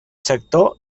sector